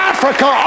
Africa